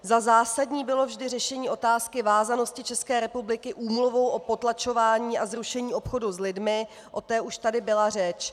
Za zásadní bylo vždy řešení otázky vázanosti České republiky úmluvou o potlačování a zrušení obchodu s lidmi, o tom už tady byla řeč.